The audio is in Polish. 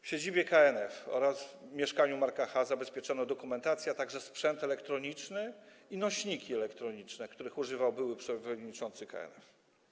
W siedzibie KNF oraz mieszkaniu Marka Ch. zabezpieczono dokumentację, a także sprzęt elektroniczny i nośniki elektroniczne, których używał były przewodniczący KNF.